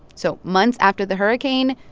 so months after the hurricane,